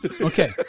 Okay